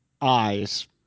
Eyes